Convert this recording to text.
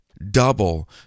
double